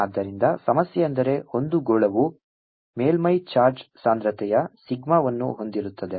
ಆದ್ದರಿಂದ ಸಮಸ್ಯೆಯೆಂದರೆ ಒಂದು ಗೋಳವು ಮೇಲ್ಮೈ ಚಾರ್ಜ್ ಸಾಂದ್ರತೆಯ ಸಿಗ್ಮಾವನ್ನು ಹೊಂದಿರುತ್ತದೆ